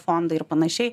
fondai ir panašiai